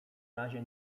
razie